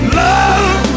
love